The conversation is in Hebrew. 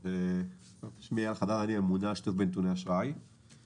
אני הממונה על השיתוף בנתוני אשראי בבנק ישראל.